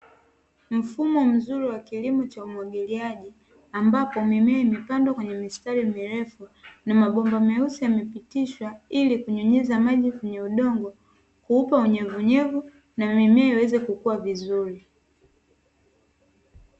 Mfumo mzuri wa kilimo cha umwagiliaji, ambapo mimea imepandwa kwenye mistari mirefu, na mabomba mweusi yamepitishwa, ili kunyunyiza maji kwenye udongo, kuupa unyevunyevu na mimea iweze kukua vizuri.